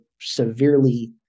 severely